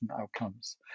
outcomes